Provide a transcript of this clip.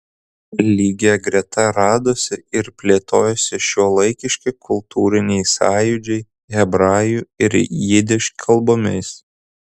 lygia greta radosi ir plėtojosi šiuolaikiški kultūriniai sąjūdžiai hebrajų ir jidiš kalbomis